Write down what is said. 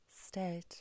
state